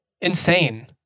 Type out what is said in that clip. insane